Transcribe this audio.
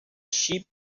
sheep